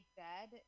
bed